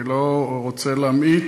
אני לא רוצה להמעיט,